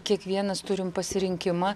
kiekvienas turim pasirinkimą